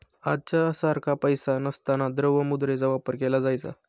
आजच्या सारखा पैसा नसताना द्रव्य मुद्रेचा वापर केला जायचा